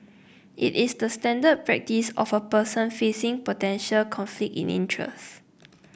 it is the standard practice of a person facing potential conflict in interest